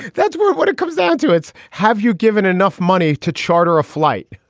that's what what it comes down to. it's. have you given enough money to charter a flight?